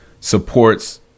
Supports